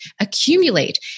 accumulate